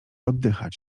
oddychać